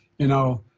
you know,